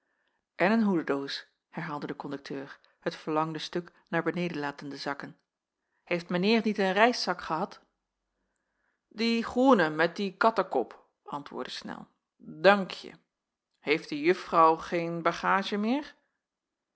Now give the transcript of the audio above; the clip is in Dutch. en een hoededoos herhaalde de kondukteur het verlangde stuk naar beneden latende zakken heeft mijn heer niet een reiszak gehad die groene met dien kattekop antwoordde snel dankje heeft de juffrouw geen bagaadje meer